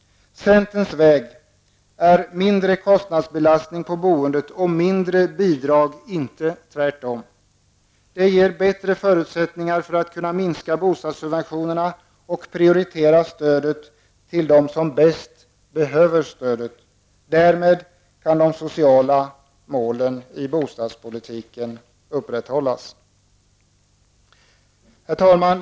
Centerns väg är mindre kostnadsbelastning på boendet och mindre bidrag, inte tvärtom. Det ger bättre förutsättningar för att kunna minska bostadssubventionerna och prioritera stödet till dem som bäst behöver det. Därmed kan de sociala målen i bostadspolitiken upprätthållas. Herr talman!